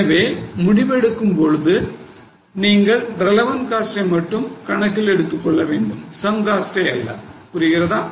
எனவே முடிவு எடுக்கும் பொழுது நீங்கள் relevant cost ஐ மட்டும் கணக்கில் எடுத்துக் கொள்ள வேண்டும் sunk cost ஐ அல்ல புரியுதா